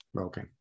Okay